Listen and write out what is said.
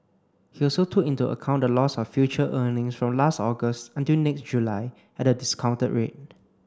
he also took into account the loss of future earnings from last August until next July at a discounted rate